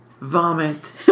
vomit